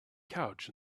couch